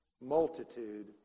multitude